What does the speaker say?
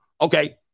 Okay